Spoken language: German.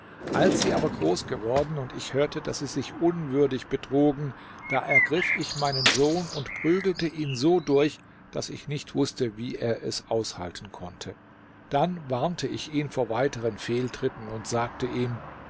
als sie aber groß geworden und ich hörte daß sie sich unwürdig betrugen da ergriff ich meinen sohn und prügelte ihn so durch daß ich nicht wußte wie er es aushalten konnte dann warnte ich ihn vor weiteren fehltritten und sagte ihm